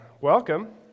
Welcome